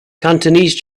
cantonese